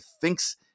thinks